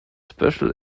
special